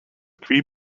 three